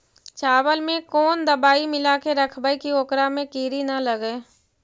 चावल में कोन दबाइ मिला के रखबै कि ओकरा में किड़ी ल लगे?